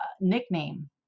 nickname